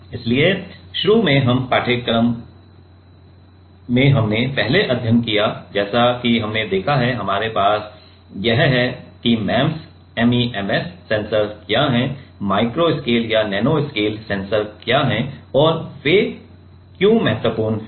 इसलिए शुरू में इस पाठ्यक्रम में हमने पहले अध्ययन किया है जैसा कि हमने देखा है हमारे पास यह है कि MEMS सेंसर क्या हैं माइक्रो स्केल या नैनो स्केल सेंसर क्या हैं और वे महत्वपूर्ण क्यों हैं